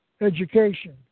education